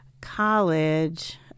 college